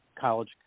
college